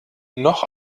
noch